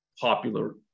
popular